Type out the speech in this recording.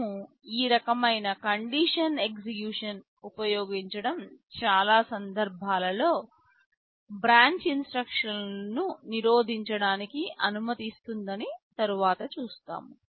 మనము ఈ రకమైన కండిషన్ ఎగ్జిక్యూషన్ ఉపయోగించడం చాలా సందర్భాల్లో బ్రాంచ్ ఇన్స్ట్రక్షన్ లను నిరోధించడానికి అనుమతి ఇస్తుందని తరువాత చూస్తాము